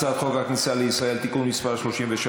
הצעת חוק הכניסה לישראל (תיקון מס' 33)